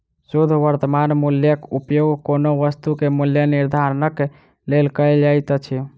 शुद्ध वर्त्तमान मूल्यक उपयोग कोनो वस्तु के मूल्य निर्धारणक लेल कयल जाइत अछि